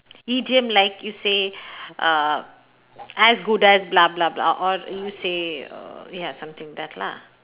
idiom like you say uh as good as blah blah blah or you say err ya something that lah